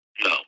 No